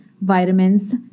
vitamins